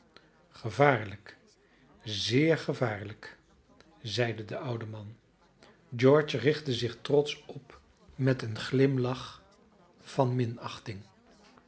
gevaarlijk zeer gevaarlijk zeide de oude man george richtte zich trotsch op met een glimlach van